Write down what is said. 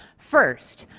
first,